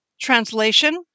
Translation